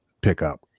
pickup